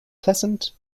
pleasant